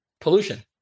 pollution